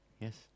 Yes